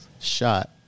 shot